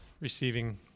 receiving